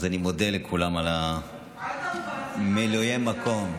אז אני מודה לכולם על מילויי המקום.